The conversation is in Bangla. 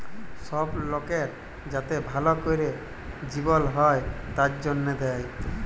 সব লকের যাতে ভাল ক্যরে জিবল হ্যয় তার জনহে দেয়